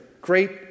great